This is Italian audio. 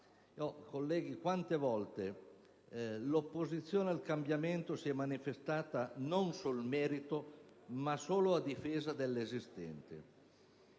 colleghi, quante volte l'opposizione al cambiamento si è manifestata non sul merito, ma solo a difesa dell'esistente?